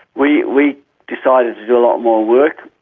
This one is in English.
we we decided to do a lot more work.